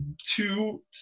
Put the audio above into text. two